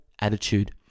attitude